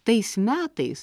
tais metais